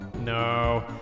No